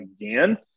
again